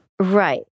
Right